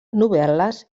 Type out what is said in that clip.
novel·les